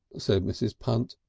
said mrs. punt.